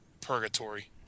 purgatory